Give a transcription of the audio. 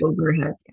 overhead